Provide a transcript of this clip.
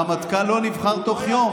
רמטכ"ל לא נבחר תוך יום.